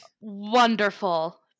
Wonderful